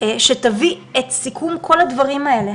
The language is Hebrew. שתביא את סיכום כל הדברים האלה.